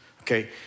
Okay